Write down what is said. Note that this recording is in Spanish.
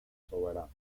soberano